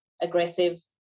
aggressive